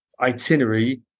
itinerary